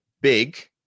big